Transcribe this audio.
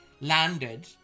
landed